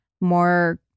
more